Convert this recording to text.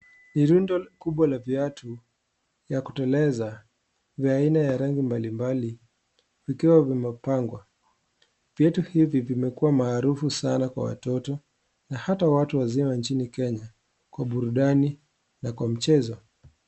Ni rundo kubwa la viatu vya kuteleza vya aina na rangi mbalimbali vikiwa vimepangwa. Viatu hivi vimekuwa maarufu sana kwa watoto na hata watu wazima nchini Kenya kwa burudani na kwa mchezo.